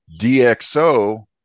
DxO